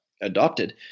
adopted